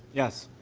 yes.